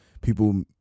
People